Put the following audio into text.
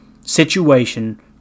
situation